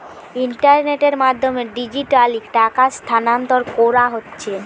ইন্টারনেটের মাধ্যমে ডিজিটালি টাকা স্থানান্তর কোরা হচ্ছে